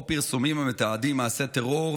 או פרסומים המתעדים מעשי טרור,